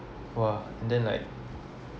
!wah! and then like